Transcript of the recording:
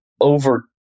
over